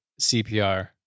CPR